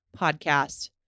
podcast